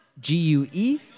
G-U-E